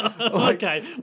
Okay